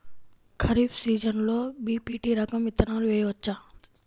ఖరీఫ్ సీజన్లో బి.పీ.టీ రకం విత్తనాలు వేయవచ్చా?